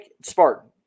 Spartan